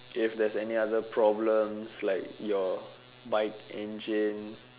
if there's any other problems like your bike engine